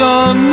on